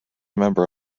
member